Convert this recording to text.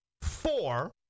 four